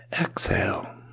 Exhale